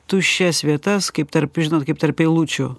tuščias vietas kaip tarp žinot kaip tarp eilučių